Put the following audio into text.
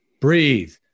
breathe